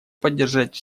поддержать